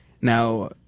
Now